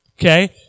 Okay